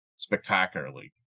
spectacularly